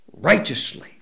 righteously